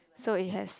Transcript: so it has